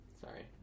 sorry